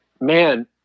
man